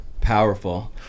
Powerful